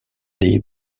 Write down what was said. des